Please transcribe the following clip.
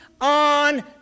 On